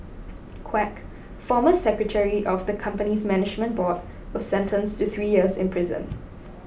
Quek former secretary of the company's management board was sentenced to three years in prison